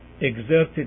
exerted